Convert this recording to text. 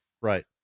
Right